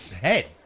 head